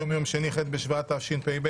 היום יום שני, ח' בשבט התשפ"ב,